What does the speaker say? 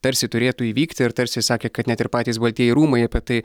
tarsi turėtų įvykti ir tarsi sakė kad net ir patys baltieji rūmai apie tai